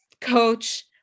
coach